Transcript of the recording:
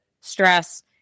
stress